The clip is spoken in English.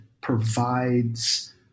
provides